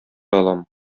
алам